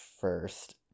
first